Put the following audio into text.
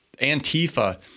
antifa